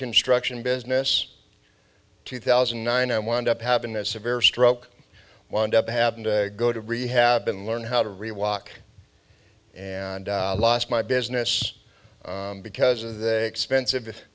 construction business two thousand and nine and wound up having a severe stroke wound up having to go to rehab and learn how to re walk and lost my business because of the expensive